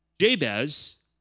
Jabez